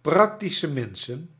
practische menschen